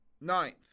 ninth